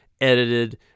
edited